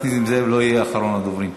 לא יהיה אחרון הדוברים.